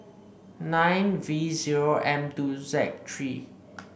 nine V zero M two Z three